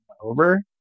over